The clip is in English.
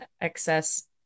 excess